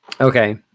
okay